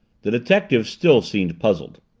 the detective still seemed puzzled.